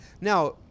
Now